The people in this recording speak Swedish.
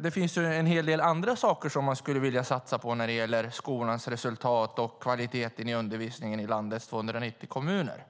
Det finns, tror jag, en hel del andra saker som man skulle vilja satsa på när det gäller skolans resultat och kvaliteten i undervisningen i landets 290 kommuner.